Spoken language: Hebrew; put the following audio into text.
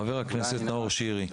חבר הכנסת נאור שירי,